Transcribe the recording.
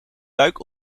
luik